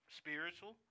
spiritual